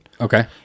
Okay